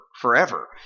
forever